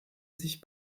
sich